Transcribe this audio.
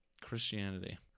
Christianity